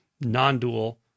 non-dual